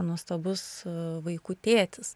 nuostabus vaikų tėtis